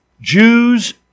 Jews